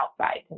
outside